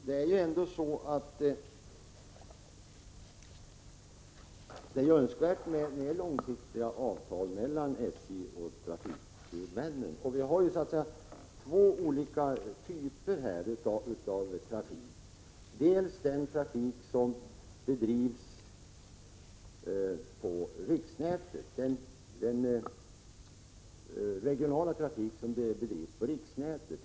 Herr talman! Det är ändå önskvärt med långsiktiga avtal mellan SJ och trafikhuvudmännen. Vi har två olika typer av trafik. Den ena är den regionala trafik som bedrivs på riksnätet.